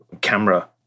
camera